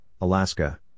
Alaska